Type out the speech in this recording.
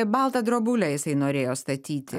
baltą drobulę jisai norėjo statyti